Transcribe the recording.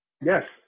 yes